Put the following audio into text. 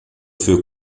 für